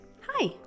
Hi